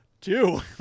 Two